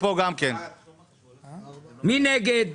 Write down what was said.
מי נגד?